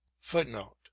Footnote